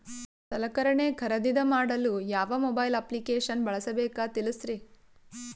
ಸಲಕರಣೆ ಖರದಿದ ಮಾಡಲು ಯಾವ ಮೊಬೈಲ್ ಅಪ್ಲಿಕೇಶನ್ ಬಳಸಬೇಕ ತಿಲ್ಸರಿ?